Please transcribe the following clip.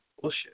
Bullshit